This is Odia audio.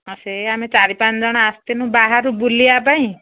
ହଁ ସେ ଆମେ ଚାରି ପାଞ୍ଚଜଣ ଆସିଥିଲୁ ବାହାରୁ ବୁଲିବା ପାଇଁ